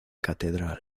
catedral